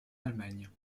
allemagne